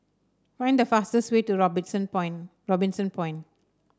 find the fastest way to Robinson Point Robinson Point